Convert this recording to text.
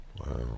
Wow